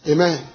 Amen